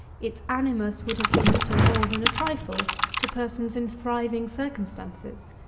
its animus would have been little more than a trifle to persons in thriving circumstances.